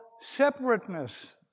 separateness